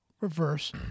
reverse